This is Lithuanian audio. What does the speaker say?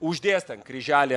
uždės ten kryželį